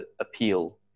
appeal